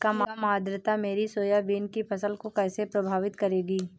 कम आर्द्रता मेरी सोयाबीन की फसल को कैसे प्रभावित करेगी?